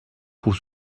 pour